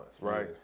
right